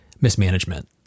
mismanagement